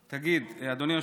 תגיד, אדוני היושב-ראש,